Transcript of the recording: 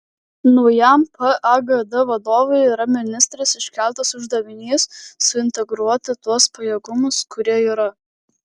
naujam pagd vadovui yra ministrės iškeltas uždavinys suintegruoti tuos pajėgumus kurie yra